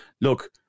Look